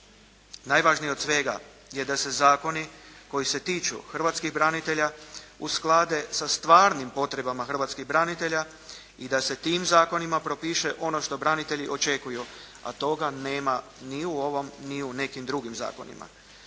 najvažnije od svega je da se zakoni koji se tiču hrvatskih branitelja usklade sa stvarnim potrebama hrvatskih branitelja i da se tim zakonima propiše ono što branitelji očekuju, a toga nema ni u ovom ni u nekim drugim zakonima.